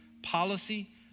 policy